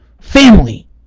family